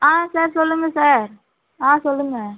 ஆ sir சொல்லுங்கள் sir ஆ சொல்லுங்கள்